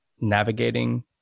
navigating